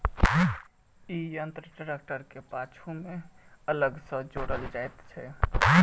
ई यंत्र ट्रेक्टरक पाछू मे अलग सॅ जोड़ल जाइत छै